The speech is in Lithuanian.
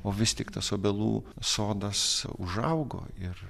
o vis tik tas obelų sodas užaugo ir